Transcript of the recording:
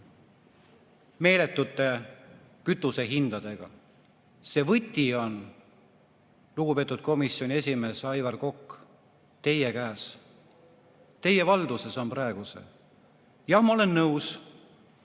meeletute kütusehindadega. See võti on, lugupeetud komisjoni esimees Aivar Kokk, teie käes. Teie valduses on praegu see. Jah, ma olen nõus,